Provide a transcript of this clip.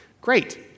Great